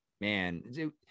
man